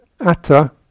atta